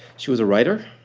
she was a writer,